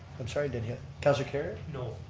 i'm sorry, didn't hear. councilor kerrio? no,